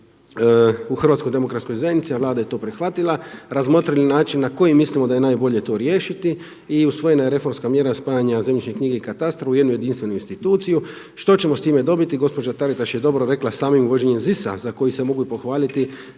u Hrvatskoj demokratskoj zajednici, a Vlada je to prihvatila razmotrili način na koji mislimo da je najbolje to riješiti i usvojena je reformska mjera spajanja zemljišne knjige i katastra u jednu jedinstvenu instituciju. Što ćemo s time dobiti, gospođa Taritaš je dobro rekla samim vođenjem ZIS-a za koji se mogu i pohvaliti